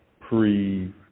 pre